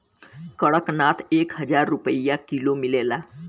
कड़कनाथ एक हजार रुपिया किलो मिलेला